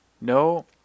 no